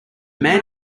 man